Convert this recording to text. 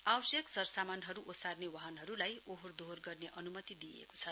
आवश्यक सरसामान ओर्साने वाहनहरुलाई ओहोर दोहोर गर्ने अनुमति दिइएको छ